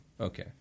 Okay